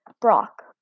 Brock